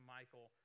Michael